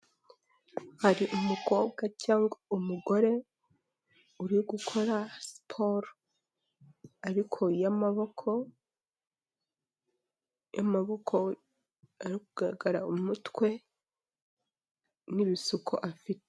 Hari umukobwa cyangwa umugore uri gukora siporo, ariko y'amaboko, amaboko ari kugaragara umutwe n'ibisuko afite.